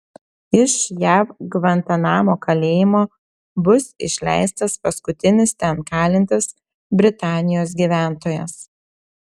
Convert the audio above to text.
iš jav gvantanamo kalėjimo bus išleistas paskutinis ten kalintis britanijos gyventojas